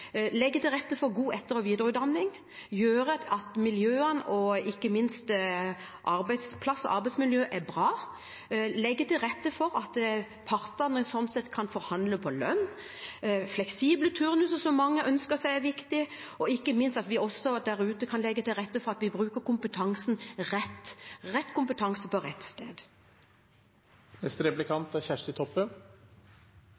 legge til rette for god etter- og videreutdanning, gjøre at miljøene og ikke minst arbeidsplass og arbeidsmiljø er bra, og legge til rette for at partene kan forhandle om lønn. Fleksible turnuser, som mange ønsker seg, er viktig – og ikke minst at vi også kan legge til rette for å bruke kompetansen rett, rett kompetanse på rett sted.